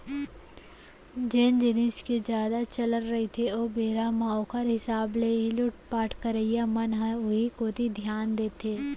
जेन जिनिस के जादा चलन रहिथे ओ बेरा म ओखर हिसाब ले ही लुटपाट करइया मन ह उही कोती धियान देथे